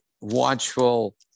watchful